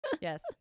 Yes